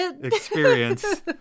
experience